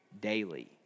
daily